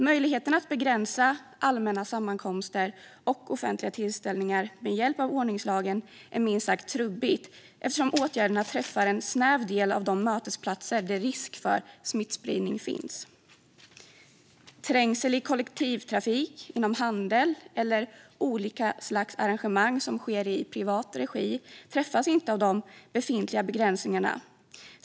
Möjligheterna att begränsa allmänna sammankomster och offentliga tillställningar med hjälp av ordningslagen är minst sagt trubbiga, eftersom åtgärderna träffar en snäv del av de mötesplatser där risk för smittspridning finns. Trängsel i kollektivtrafik, inom handel eller vid olika slags arrangemang som sker i privat regi träffas inte av de befintliga begränsningarna.